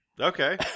Okay